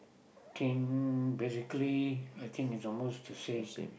king basically I think it's almost the same